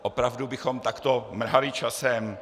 Opravdu bychom takto mrhali časem?